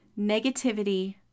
negativity